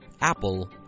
Apple